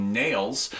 nails